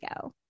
go